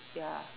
ya